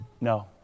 no